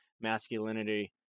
masculinity